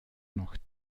noch